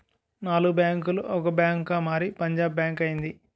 నాలుగు బ్యాంకులు ఒక బ్యాంకుగా మారి పంజాబ్ బ్యాంక్ అయింది